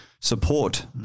support